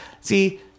See